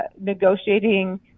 negotiating